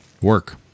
work